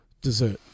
dessert